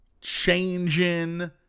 changing